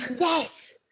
Yes